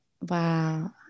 Wow